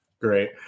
Great